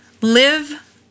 Live